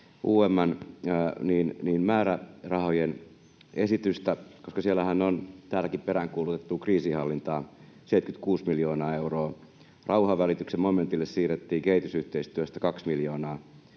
UM:n määrärahojen esitystä, koska siellähän on täälläkin peräänkuulutettuun kriisinhallintaan 76 miljoonaa euroa. Rauhanvälityksen momentille siirrettiin kehitysyhteistyöstä 2 miljoonaa,